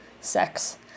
sex